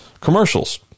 commercials